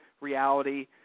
reality